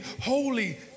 Holy